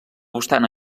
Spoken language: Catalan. obstant